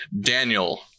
Daniel